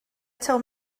taw